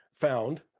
found